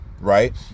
Right